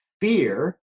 fear